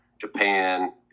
Japan